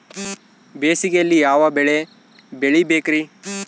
ಬೇಸಿಗೆಯಲ್ಲಿ ಯಾವ ಬೆಳೆ ಬೆಳಿಬೇಕ್ರಿ?